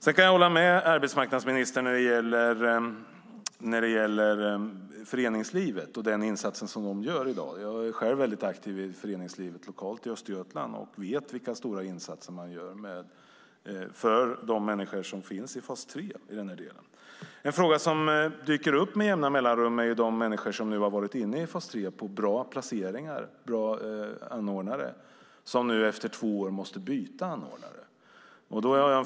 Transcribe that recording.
Jag kan hålla med arbetsmarknadsministern när det gäller de insatser som föreningslivet gör i dag. Jag är själv väldigt aktiv i föreningslivet lokalt i Östergötland och vet vilka stora insatser man gör för de människor som finns i fas 3. En fråga som dyker upp med jämna mellanrum gäller de människor som har varit inne i fas 3 på bra placeringar hos bra anordnare men som nu, efter två år, måste byta anordnare.